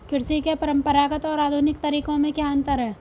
कृषि के परंपरागत और आधुनिक तरीकों में क्या अंतर है?